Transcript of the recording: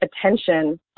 attention